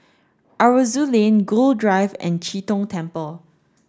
Aroozoo Lane Gul Drive and Chee Tong Temple